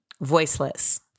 voiceless